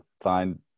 find